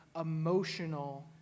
emotional